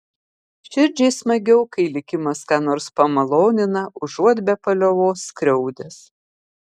širdžiai smagiau kai likimas ką nors pamalonina užuot be paliovos skriaudęs